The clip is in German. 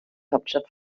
hauptstadt